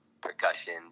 percussion